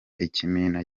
ikimina